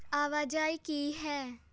ਆਵਾਜਾਈ ਕੀ ਹੈ